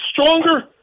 stronger